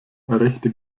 rechte